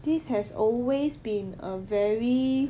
this has always been a very